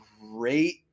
great